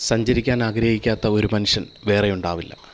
സഞ്ചരിക്കാൻ ആഗ്രഹിക്കാത്ത ഒരു മനുഷ്യൻ വേറെ ഉണ്ടാകില്ല